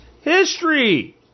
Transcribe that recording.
history